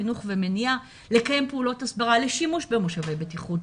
חינוך ומניעה: אנחנו ממליצים לקיים פעולות הסברה לשימוש במושבי בטיחות,